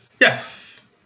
Yes